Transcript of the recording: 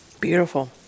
Beautiful